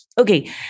Okay